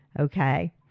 okay